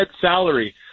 salary